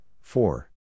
four